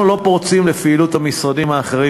אנחנו לא פורצים לפעילות המשרדים האחרים,